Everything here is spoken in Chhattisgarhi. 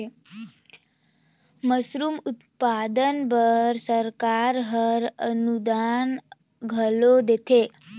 मसरूम उत्पादन बर सरकार हर अनुदान घलो देथे